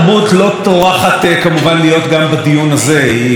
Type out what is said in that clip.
היא קמה ויצאה באמצע דבריו של חברי יוסי יונה,